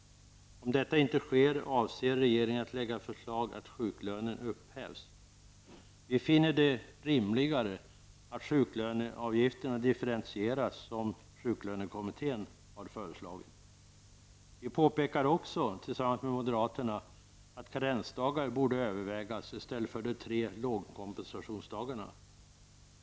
Om detta inte sker avser regeringen att lägga fram förslag om att sjuklönen upphävs. Vi finner det rimligare att sjuklöneavgifterna differentieras så som sjuklönekommittén har föreslagit. Vi påpekar också, tillsammans med moderaterna, att karensdagar borde övervägas i stället för de tre lågkompensationsdagarna.